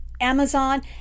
Amazon